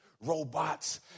robots